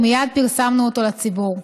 ומייד פרסמנו אותו לציבור.